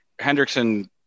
Hendrickson